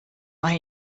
hay